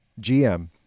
GM